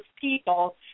people